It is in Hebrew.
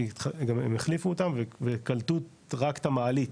כי גם הם החליפו אותם וקלטו רק את המעלית,